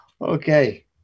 Okay